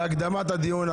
על הקדמת הדיון.